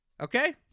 Okay